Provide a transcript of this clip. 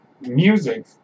Music